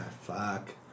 fuck